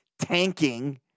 tanking